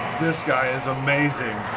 this guy is amazing.